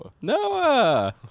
Noah